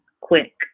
quick